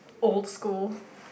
old school